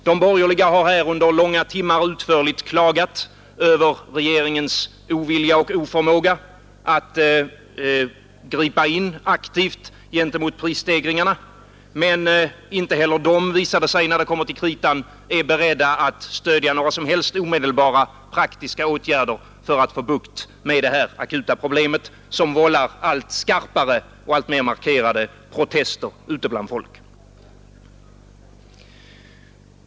De borgerliga har under långa timmar utförligt klagat över regeringens ovilja och oförmåga att gripa in aktivt gentemot prisstegringarna. Men inte heller de borgerliga visade sig — när det kom till kritan — beredda att stödja några som helst omedelbara praktiska åtgärder för att få bukt med detta akuta problem som vållar allt skarpare protester ute bland folk.